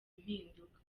impinduka